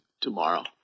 tomorrow